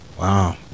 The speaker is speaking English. Wow